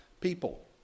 people